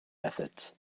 methods